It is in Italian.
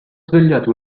svegliati